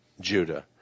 Judah